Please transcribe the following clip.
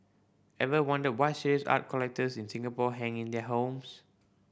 ever wondered what serious art collectors in Singapore hang in their homes